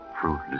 fruitless